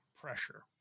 pressure